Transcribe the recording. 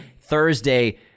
Thursday